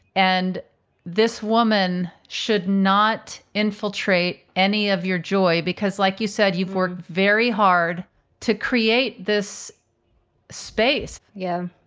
and this woman should not infiltrate any of your joy because, like you said, you've worked very hard to create this space. yeah,